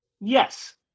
Yes